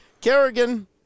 Kerrigan